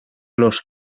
los